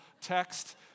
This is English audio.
text